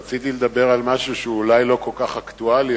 ורציתי לדבר על משהו שהוא אולי לא כל כך אקטואלי,